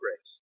race